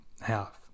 half